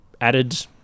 added